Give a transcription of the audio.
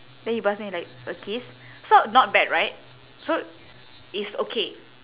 then he pass me like a kiss so not bad right so it's okay